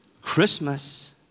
Christmas